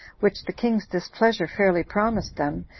which the king's displeasure fairly promised them,